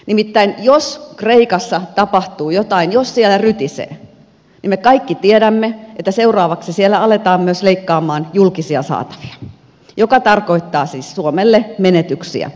nimittäin jos kreikassa tapahtuu jotain jos siellä rytisee niin me kaikki tiedämme että seuraavaksi siellä aletaan myös leikata julkisia saatavia mikä tarkoittaa siis suomelle menetyksiä